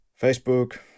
Facebook